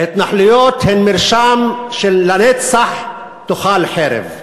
ההתנחלויות הן מרשם של "לנצח תאכל חרב".